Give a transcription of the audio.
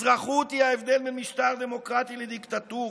אזרחות היא ההבדל בין משטר דמוקרטי לדיקטטורה.